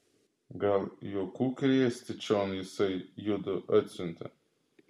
gal juokų krėsti čion jisai judu atsiuntė